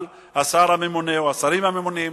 על השר הממונה או השרים הממונים,